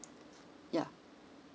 ya